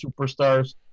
superstars